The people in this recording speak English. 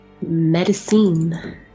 Medicine